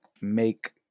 make